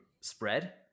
spread